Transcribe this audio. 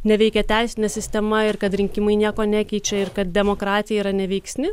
neveikia teisinė sistema ir kad rinkimai nieko nekeičia ir kad demokratija yra neveiksni